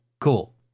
cool